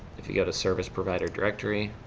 if you go to service provider directory,